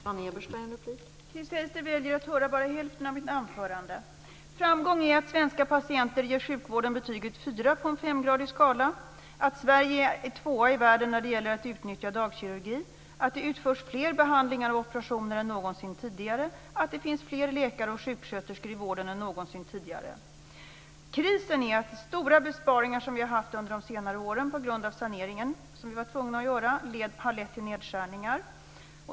Fru talman! Chris Heister väljer att höra bara hälften av mitt anförande. Framgång är att svenska patienter ger sjukvården betyget 4 på en femgradig skala, att Sverige är tvåa i världen när det gäller att utnyttja dagkirurgi, att det utförs fler behandlingar och operationer än någonsin tidigare och att det finns fler läkare och sjuksköterskor i vården än någonsin tidigare. Krisen beror på att de stora besparingar vi haft under de senare åren på grund av den sanering vi var tvungna att göra har lett till nedskärningar.